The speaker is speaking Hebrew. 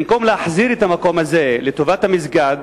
במקום להחזיר את המקום הזה לטובת המסגד,